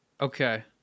Okay